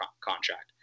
contract